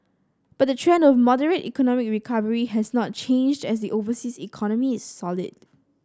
but the trend of moderate economic recovery has not changed as the overseas economy is solid